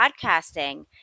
podcasting